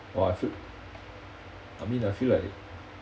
!wah! I feel I mean I feel like